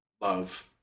love